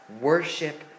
Worship